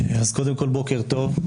קודם כול, בוקר טוב.